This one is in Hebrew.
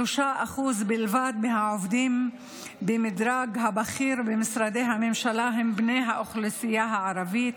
3% בלבד מהעובדים במדרג הבכיר במשרדי הממשלה הם בני האוכלוסייה הערבית.